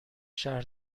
شهر